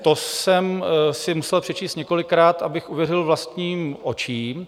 To jsem si musel přečíst několikrát, abych uvěřil vlastním očím.